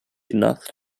enough